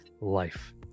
life